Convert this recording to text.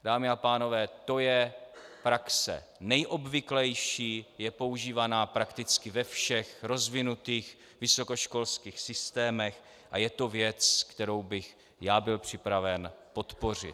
Dámy a pánové, to je praxe nejobvyklejší, je používaná prakticky ve všech rozvinutých vysokoškolských systémech a je to věc, kterou bych já byl připraven podpořit.